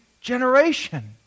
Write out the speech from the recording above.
generation